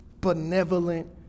benevolent